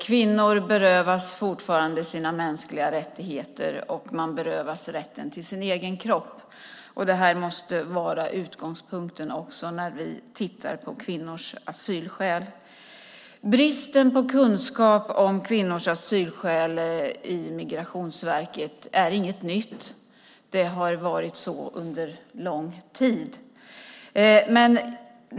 Kvinnor berövas fortfarande sina mänskliga rättigheter och rätten till sin egen kropp. Det måste vara utgångspunkten också när vi tittar på kvinnors asylskäl. Bristen på kunskap om kvinnors asylskäl i Migrationsverket är inget nytt. Det har varit så under lång tid.